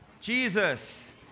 Jesus